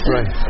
Right